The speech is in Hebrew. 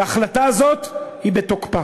וההחלטה הזאת היא בתוקפה.